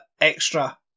extra